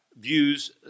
views